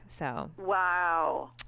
Wow